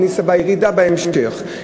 בירידה בהמשך,